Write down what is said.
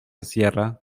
cierra